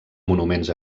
monuments